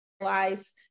realize